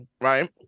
right